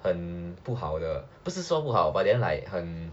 很不好的不是说不好 but then like 很